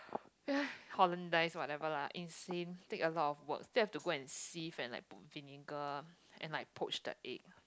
Hollandaise whatever lah insane take a lot of work still have to go and sieve and put vinegar and like poach the egg